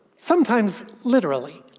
sometimes literally.